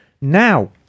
Now